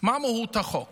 מה מהות החוק